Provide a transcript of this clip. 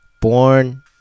Born